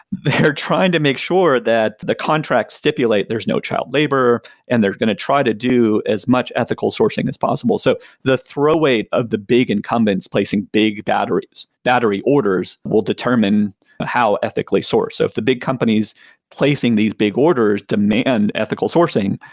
they're trying to make sure that the contract stipulate there's no child labor and they're going to try to do as much ethical sourcing as possible so the throw eight of the big incumbents placing big battery orders will determine how ethically source of the big companies placing these big orders demand ethical sourcing,